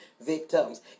victims